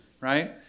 right